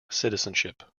citizenship